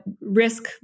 risk